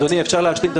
אוקיי.